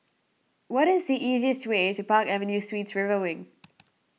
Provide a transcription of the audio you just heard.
what is the easiest way to Park Avenue Suites River Wing